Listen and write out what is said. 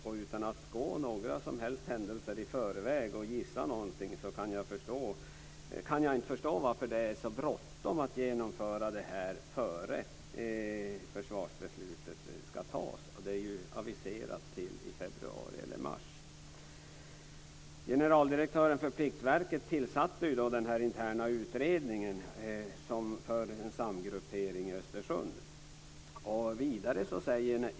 Och utan att gå några som helst händelser i förväg och gissa någonting kan jag inte förstå varför det är så bråttom att genomföra detta innan försvarssbeslutet ska fattas, och det är ju aviserat till februari eller mars. Generaldirektören för Pliktverket tillsatte en intern utredning för en samgruppering i Östersund.